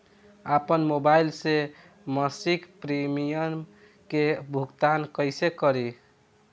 आपन मोबाइल से मसिक प्रिमियम के भुगतान कइसे करि?